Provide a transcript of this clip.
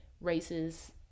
races